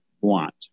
want